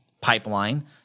pipeline